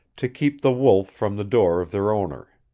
to keep the wolf from the door of their owner.